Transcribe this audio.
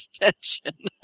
extension